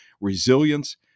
resilience